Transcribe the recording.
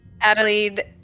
Adelaide